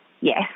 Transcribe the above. Yes